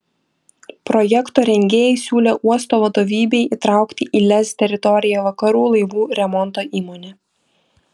projekto rengėjai siūlė uosto vadovybei įtraukti į lez teritoriją vakarų laivų remonto įmonę